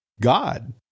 God